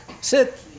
Sit